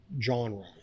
genre